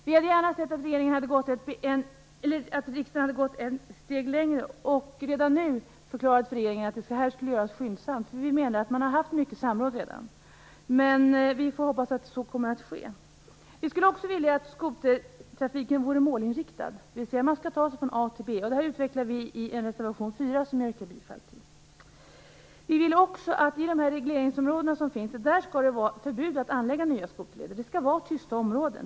Vi hade gärna sett att riksdagen hade gått ett steg längre och redan nu förklarat för regeringen att detta skulle göras skyndsamt. Vi menar att man redan har haft mycket samråd. Men vi får hoppas att så kommer att ske. Vi skulle också vilja att skotertrafiken vore målinriktad, dvs. man skall ta sig från A till B. Det här utvecklar vi i reservation 4, som jag yrkar bifall till. Vi vill också att det i de regleringsområden som finns skall vara förbud att anlägga nya skoterleder. Det skall vara tysta områden.